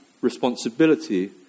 responsibility